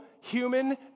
human